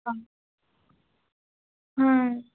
আমি হুম